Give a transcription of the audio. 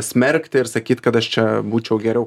smerkti ir sakyt kad aš čia būčiau geriau